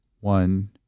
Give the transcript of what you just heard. one